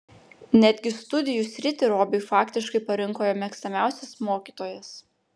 netgi studijų sritį robiui faktiškai parinko jo mėgstamiausias mokytojas